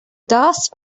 dust